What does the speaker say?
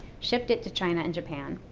shipped it to china and japan,